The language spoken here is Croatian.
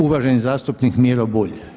Uvaženi zastupnik Miro Bulj.